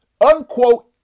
unquote